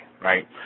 right